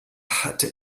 hatte